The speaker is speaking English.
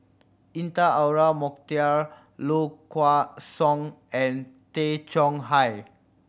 Intan Azura Mokhtar Low Kway Song and Tay Chong Hai